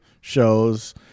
shows